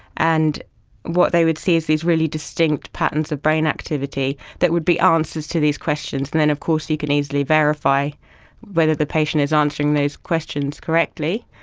and what they would see is these really distinct patterns of brain activity that would be answers to these questions, and then of course you can easily verify whether the patient is answering those questions correctly.